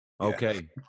Okay